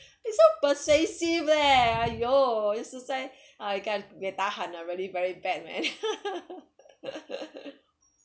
it so persuasive leh !aiyo! it was like uh I got buay tahan liao really very bad man